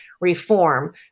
reform